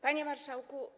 Panie Marszałku!